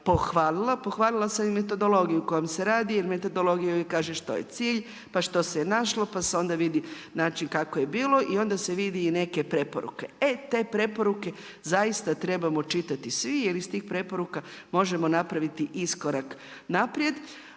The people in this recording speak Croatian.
Pohvalila sam metodologiju kojom se radi, jer metodologija uvijek kaže što je cilj, pa što se je našlo, pa se onda vidi način kako je bilo i onda se vidi i neke preporuke. E te preporuke zaista trebamo čitati svi, jer iz tih preporuka možemo napraviti iskorak naprijed.